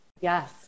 Yes